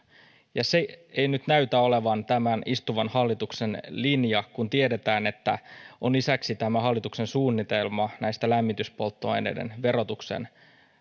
ja se ei nyt näytä olevan tämän istuvan hallituksen linja kun tiedetään että on lisäksi hallituksen suunnitelma lämmityspolttoaineiden verotuksen